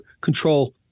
control